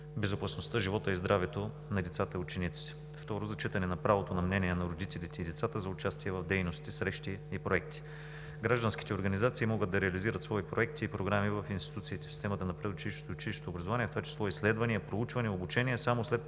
живота и здравето на децата и учениците; второ, зачитане на правото на мнение на родителите и децата за участие в дейности, срещи и проекти. Гражданските организации могат да реализират свои проекти и програми в институциите в системата на предучилищното и училищното образование – в това число изследвания, проучвания, обучения, само след